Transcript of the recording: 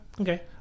okay